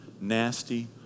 nasty